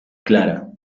clara